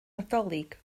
nadolig